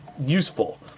useful